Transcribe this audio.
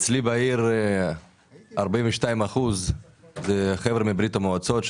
אצלי בעיר 42% זה חבר'ה מברית המועצות,